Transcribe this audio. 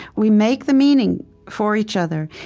we make the meaning for each other.